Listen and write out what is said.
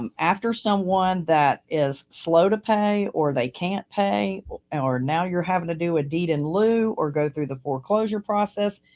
um after someone that is slow to pay or they can't pay or now you're having to do a deed in lieu or go through the foreclosure process,